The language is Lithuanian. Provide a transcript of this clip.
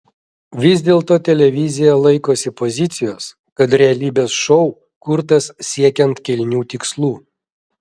vis dėlto televizija laikosi pozicijos kad realybės šou kurtas siekiant kilnių tikslų